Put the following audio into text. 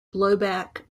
blowback